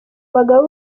bagabo